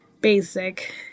basic